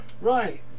Right